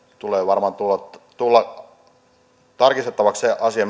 tulee varmaan tarkistettavaksi myöskin se asia